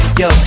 yo